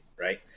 right